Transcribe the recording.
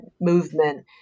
movement